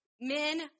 men